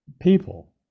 people